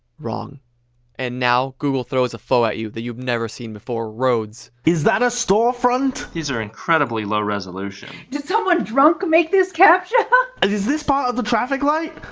wrong and now google throws a foe at you that you've never seen before roads is that a store front? these are incredibly low resolution did someone drunk make this captcha? and is is this part of the traffic light?